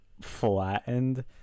flattened